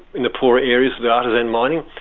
in the poorer areas, the artisan mining,